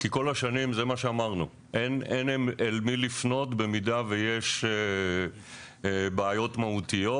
כי כל השנים זה מה שאמרנו: אין אל מי לפנות במידה ויש בעיות מהותיות,